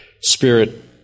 spirit